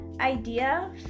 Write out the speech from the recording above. idea